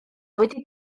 wedi